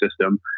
system